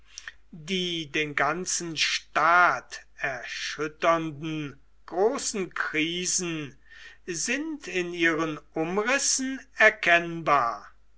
die den ganzen staat erschütternden großen krisen sind in ihren umrissen erkennbar